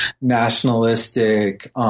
nationalistic